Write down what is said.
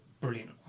brilliant